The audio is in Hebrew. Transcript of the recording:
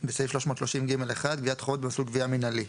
בסעיף 330ג1, גביית חובות במסלול גבייה מינהלי.